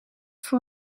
voor